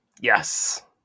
Yes